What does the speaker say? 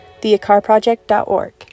theacarproject.org